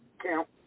count